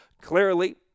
clearly